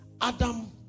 Adam